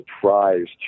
surprised